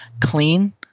clean